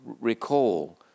recall